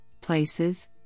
PLACES